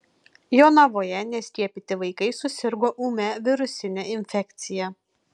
jonavoje neskiepyti vaikai susirgo ūmia virusine infekcija